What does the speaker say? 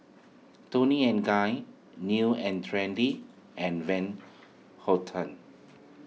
Toni and Guy New and Trendy and Van Houten